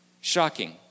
Shocking